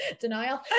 Denial